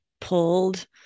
pulled